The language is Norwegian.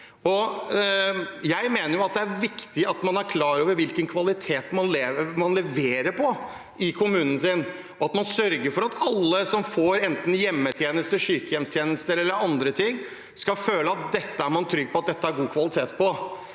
Jeg mener det er viktig at man er klar over hvilken kvalitet man leverer i kommunen sin, og at man sørger for at alle som får enten hjemmetjenester, sykehjemstjenester eller andre ting, skal føle at man kan være trygg på at dette er det god kvalitet på.